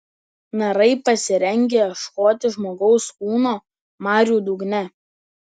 narai pasirengę ieškoti žmogaus kūno marių dugne